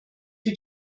für